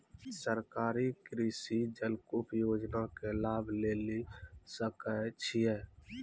सरकारी कृषि जलकूप योजना के लाभ लेली सकै छिए?